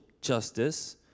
justice